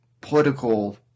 political